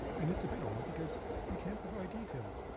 and it's a bit odd because you can't provide details.